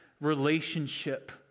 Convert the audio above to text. relationship